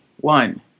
One